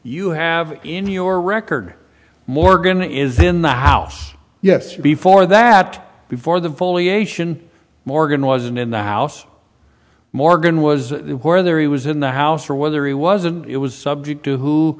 you have in your record morgan is in the house yes before that before the foliation morgan wasn't in the house morgan was there he was in the house or whether he wasn't it was subject to who